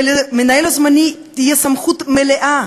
ולמנהל הזמני תהיה סמכות מלאה,